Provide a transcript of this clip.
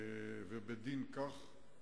ובדין כך,